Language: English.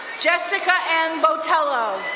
jessica m. botelho.